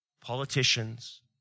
politicians